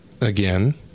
Again